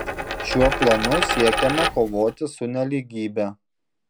šiuo planu siekiama kovoti su nelygybe